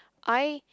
I